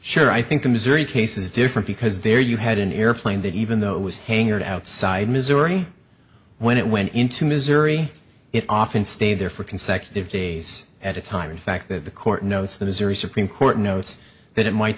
sure i think the missouri case is different because there you had an airplane that even though it was hangared outside missouri when it went into missouri it often stayed there for consecutive days at a time in fact that the court notes the missouri supreme court notes that it might